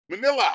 Manila